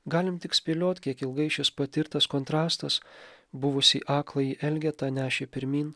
galim tik spėliot kiek ilgai šis patirtas kontrastas buvusį akląjį elgetą nešė pirmyn